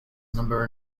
number